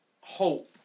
hope